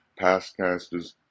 pastcasters